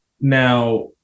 Now